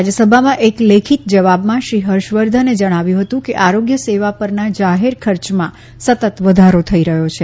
રાજ્યસભામાં એક લેખિત જવાબમાં શ્રી હર્ષવર્ધને જણાવ્યું હતું કે આરોગ્ય સેવા પરના જાહેર ખર્ચમાં સતત વધારો થઈ રહ્યો છે